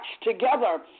together